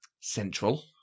central